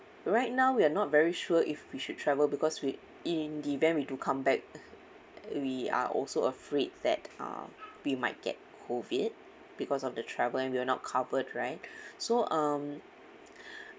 right now we're not very sure if we should travel because we in the event we do come back we are also afraid that uh we might get COVID because of the travel and we are not covered right so um